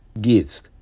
gifts